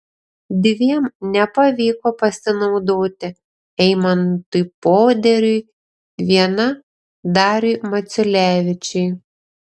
dviem nepavyko pasinaudoti eimantui poderiui viena dariui maciulevičiui